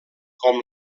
com